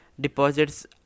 deposits